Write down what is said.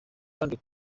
kandi